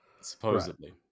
supposedly